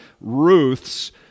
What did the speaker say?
Ruth's